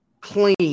clean